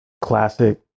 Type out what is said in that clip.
classic